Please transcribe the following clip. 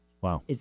Wow